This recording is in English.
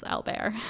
Albert